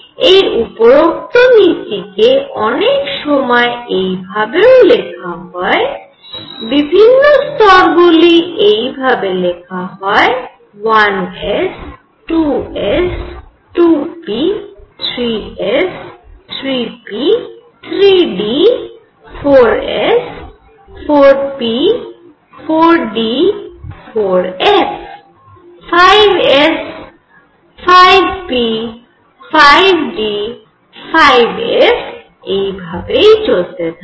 এই উপরোক্ত নীতি কে অনেক সময় এই ভাবেও লেখা হয় বিভিন্ন স্তর গুলি এই ভাবে লেখা হয় 1 s 2 s 2 p 3 s 3 p 3 d 4 s 4 p 4 d 4 f 5 s 5 p 5 d 5 f এই ভাবেই চলতে থাকে